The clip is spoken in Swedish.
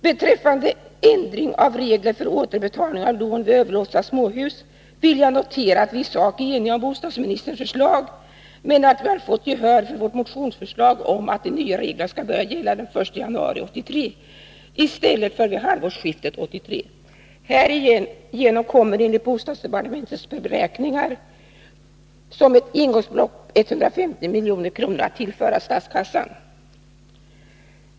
Beträffande ändring av regler för återbetalning av lån vid överlåtelse av småhus vill jag notera att vi i sak är eniga om bostadsministerns förslag, men att vi har fått gehör för vårt motionsförslag om att de nya reglerna skall börja gälla den 1 januari 1983 i stället för vid halvårsskiftet 1983. Härigenom kommer enligt bostadsdepartementets beräkningar som ett engångsbelopp 150 milj.kr. att tillföras statskassan.